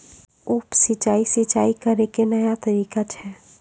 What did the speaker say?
उप सिंचाई, सिंचाई करै के नया तरीका छै